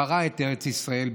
ברא את ארץ ישראל,